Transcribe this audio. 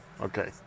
Okay